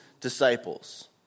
disciples